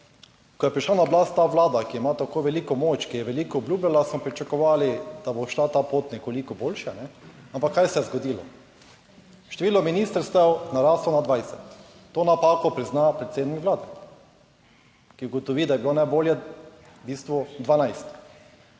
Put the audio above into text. ko je prišla na oblast ta vlada, ki ima tako veliko moč, ki je veliko obljubljala, smo pričakovali, da bo šla ta pot nekoliko boljša. Ampak kaj se je zgodilo? Število ministrstev naraslo na 20, to napako prizna predsednik vlade, ki ugotovi, da je bilo najbolje v bistvu 12.